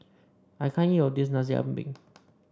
I can't eat all of this Nasi Ambeng